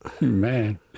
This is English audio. Man